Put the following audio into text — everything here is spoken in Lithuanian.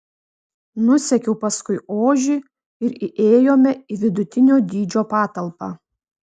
nusekiau paskui ožį ir įėjome į vidutinio dydžio patalpą